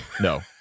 no